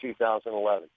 2011